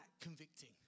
convicting